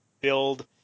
build